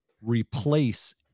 replace